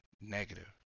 negative